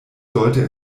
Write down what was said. sollte